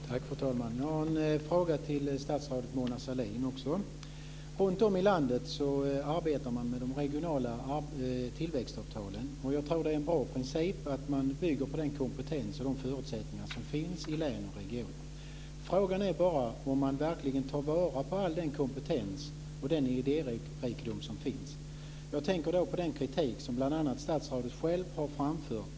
Fru talman! Också jag har en fråga till statsrådet Runtom i landet arbetar man med de regionala tillväxtavtalen. Jag tror att det är en bra princip att man bygger på den kompetens och de förutsättningar som finns i län och regioner. Frågan är bara om man verkligen tar vara på all kompetens och idérikedom som finns. Jag tänker på den kritik som bl.a. statsrådet själv har framfört.